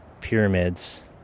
pyramids